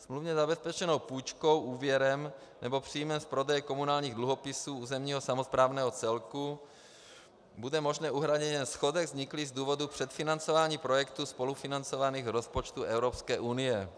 Smluvně zabezpečenou půjčkou, úvěrem nebo příjmem z prodeje komunálních dluhopisů územního samosprávného celku bude možné uhradit jen schodek vzniklý z důvodu předfinancování projektů spolufinancovaných z rozpočtů Evropské unie.